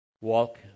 Walk